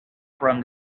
from